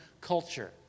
culture